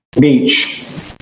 Beach